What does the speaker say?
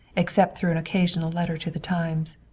except through an occasional letter to the times.